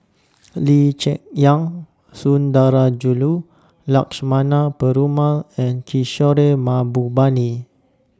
Lee Cheng Yan Sundarajulu Lakshmana Perumal and Kishore Mahbubani